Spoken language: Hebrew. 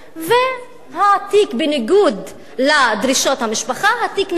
והתיק, בניגוד לדרישות המשפחה, נסגר.